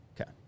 Okay